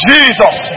Jesus